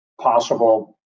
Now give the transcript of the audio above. possible